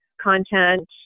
content